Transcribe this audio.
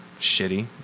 shitty